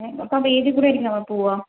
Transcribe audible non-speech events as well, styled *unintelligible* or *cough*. അപ്പോൾ ഏത് *unintelligible* പോവാ